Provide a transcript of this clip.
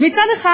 אז מצד אחד,